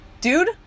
Dude